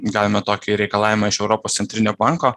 galime tokį reikalavimą iš europos centrinio banko